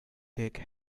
take